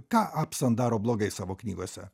ką apson daro blogai savo knygose